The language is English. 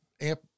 Amp